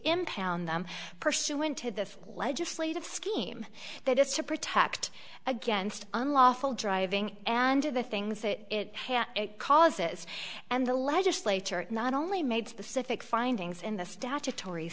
impound them pursuant to the legislative scheme that is to protect against unlawful driving and of the things that it causes and the legislature not only made specific findings in the statutory